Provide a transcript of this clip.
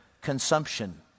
consumption